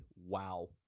Wow